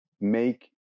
make